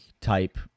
type